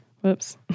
whoops